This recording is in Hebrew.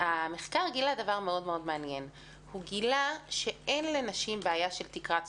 המחקר גילה דבר מאוד מאוד מעניין והוא שאין לנשים בעיה של תקרת זכוכית,